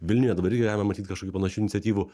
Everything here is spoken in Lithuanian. vilniuje dabar irgi galima matyt kažkokių panašių iniciatyvų